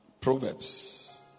Proverbs